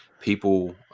people